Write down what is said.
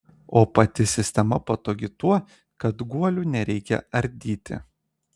o pati sistema patogi tuo kad guolių nereikia ardyti